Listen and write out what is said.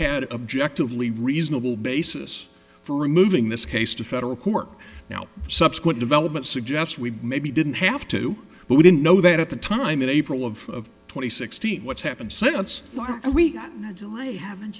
had objective lee reasonable basis for removing this case to federal court now subsequent development suggest we maybe didn't have to but we didn't know that at the time in april of two thousand and sixteen what's happened since we